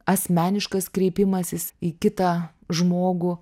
asmeniškas kreipimasis į kitą žmogų